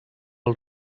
els